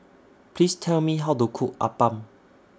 Please Tell Me How to Cook Appam